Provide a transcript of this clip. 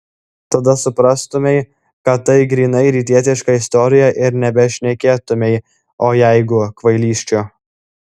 tada suprastumei kad tai grynai rytietiška istorija ir nebešnekėtumei o jeigu kvailysčių